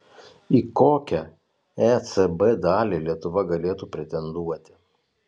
į kokią ecb dalį lietuva galėtų pretenduoti